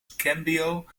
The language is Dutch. cambio